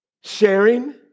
sharing